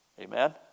Amen